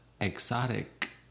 exotic